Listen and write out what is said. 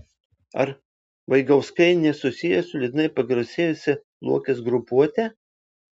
ar vaigauskai nesusiję su liūdnai pagarsėjusia luokės grupuote